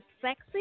sexy